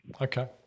Okay